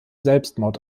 selbstmord